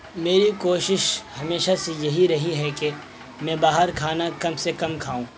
میری کوشش ہمیشہ سے یہی رہی ہے کہ میں باہر کھانا کم سے کم کھاؤں